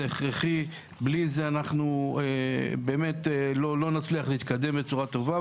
זה הכרחי ובלי זה אנחנו לא נצליח להתקדם בצורה טובה.